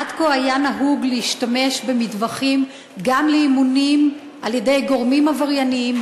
עד כה היה נהוג להשתמש במטווחים גם לאימונים של גורמים עברייניים,